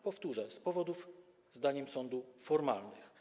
Powtórzę: z powodów, zdaniem sądu, formalnych.